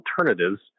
alternatives